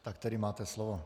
Tak tedy máte slovo.